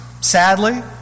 sadly